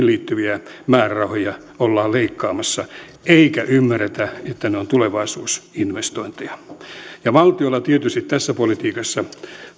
liittyviä määrärahoja ollaan leikkaamassa eikä ymmärretä että ne ovat tulevaisuusinvestointeja valtiolla tietysti tässä politiikassa